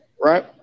right